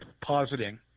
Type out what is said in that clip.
positing